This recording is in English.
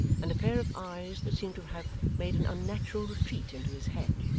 and a pair of eyes that seemed to have made an unnatural retreat into his head,